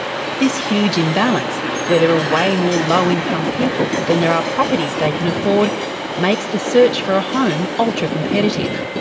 this huge imbalance where there are way more low income people than there are properties they can afford makes the search for a home ultra competitive.